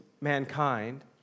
mankind